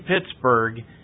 Pittsburgh